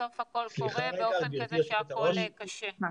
בסוף הכול קורה באופן כזה שהכול קשה.